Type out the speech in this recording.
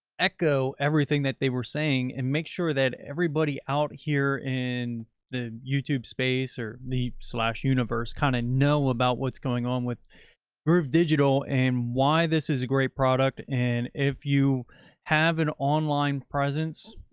echo everything that they were saying and make sure that everybody out here in the youtube space or the slash universe kind of know about what's going on with groove digital and um why this is a great product. and if you have an online presence,